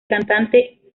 cantante